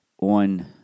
on